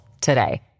today